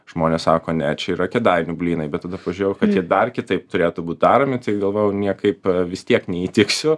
žmonės sako ne čia yra kėdainių blynai bet tada pažiūrėjau kad jie dar kitaip turėtų būt daromi tai galvojau niekaip vis tiek neįtiksiu